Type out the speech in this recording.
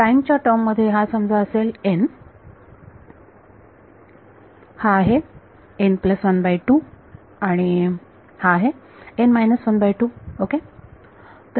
टाइमच्या term मध्ये हा समजा असेल हा आहे आणि हा आहे ओके